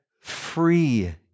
free